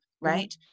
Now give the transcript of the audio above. right